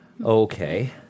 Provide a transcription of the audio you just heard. Okay